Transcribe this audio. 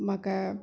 मकइ